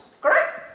Correct